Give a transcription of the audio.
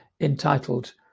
entitled